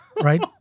Right